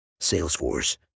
Salesforce